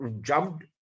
jumped